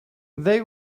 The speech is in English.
they